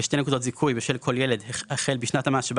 ושתי נקודות זיכוי בשל כל ילד החל בשנת המס שבה